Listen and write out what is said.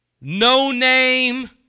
no-name